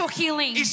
healing